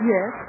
Yes